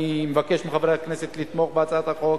אני מבקש מחברי הכנסת לתמוך בהצעת החוק.